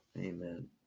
Amen